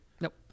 Nope